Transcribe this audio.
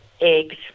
Eggs